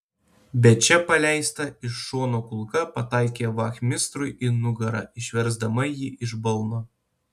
bet čia paleista iš šono kulka pataikė vachmistrui į nugarą išversdama jį iš balno